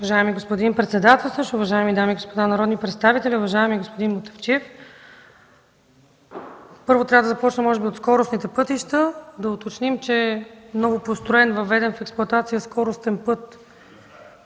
Уважаеми господин председателстващ, уважаеми дами и господа народни представители! Уважаеми господин Мутафчиев, може би първо трябва да започна от скоростните пътища. Да уточним, че новопостроен, въведен в експлоатация скоростен път